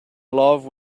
love